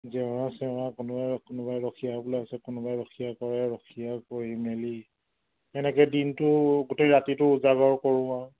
জেওৰা চেওৰা কোনোবাই কোনোবাই ৰখীয়া বোলে আছে কোনোবাই ৰখীয়া কৰে ৰখীয়া কৰি মেলি এনেকৈ দিনটো গোটেই ৰাতিটো উজাগৰ কৰোঁ আৰু